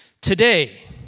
Today